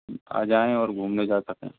आ जाएं और घूमने जा सकें